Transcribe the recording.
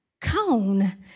Cone